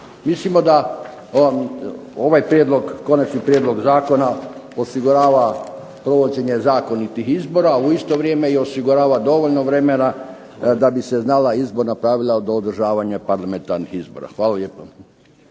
Mislimo da ovaj konačni prijedlog zakona osigurava provođenje zakonitih izbora, a u isto vrijeme i osigurava dovoljno vremena da bi se znala izborna pravila o održavanju parlamentarnih izbora. Hvala lijepo.